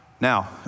Now